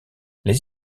les